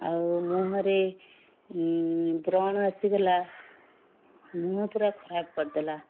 ଆଉ ମୁଁହରେ ବ୍ରଣ ଆସିଗଲା ମୁଁହ ପୁରା ଖରାପ କରିଦେଲା